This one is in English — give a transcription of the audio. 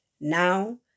Now